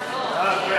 ההצעה